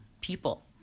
people